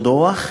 או דוח,